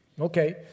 Okay